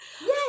Yes